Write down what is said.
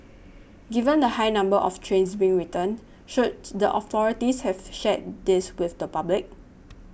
given the high number of trains being returned should the authorities have shared this with the public